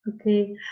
okay